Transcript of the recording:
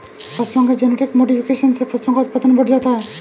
फसलों के genetic modification से फसलों का उत्पादन बढ़ जाता है